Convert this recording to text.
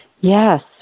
Yes